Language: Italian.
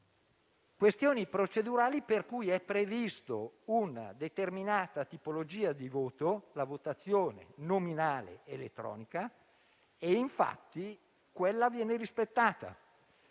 questioni procedurali è prevista una determinata tipologia di voto, la votazione nominale elettronica, che infatti viene rispettata.